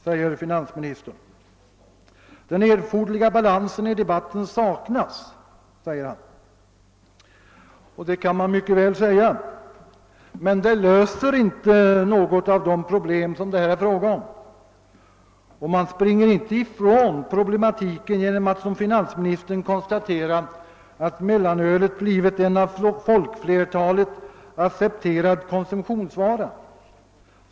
Den erforderliga balansen i debatten saknas, anser finansministern. Det kan man mycket väl säga, men det löser inte något av de problem det här är fråga om. Man springer inte ifrån problematiken genom att som finansministern konstatera att mellanölet blivit en av folkflertalet accepterad konsumtionsvara.